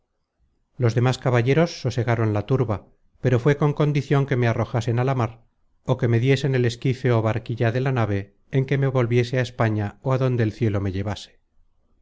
los demas caballeros sosegaron la turba pero fué con condicion que me arrojasen á la mar ó que me diesen el esquife ó barquilla de la nave en que me volviese á españa ó á donde el cielo me llevase